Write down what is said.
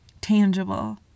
tangible